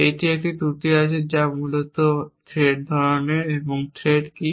এটি একটি ত্রুটি আছে যা মূলত থ্রেড ধরনের এবং থ্রেড কি